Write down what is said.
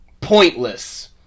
Pointless